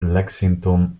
lexington